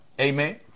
amen